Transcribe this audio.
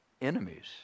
enemies